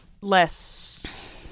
less